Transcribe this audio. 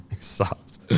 Sucks